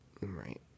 Right